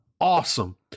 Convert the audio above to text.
Awesome